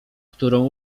którą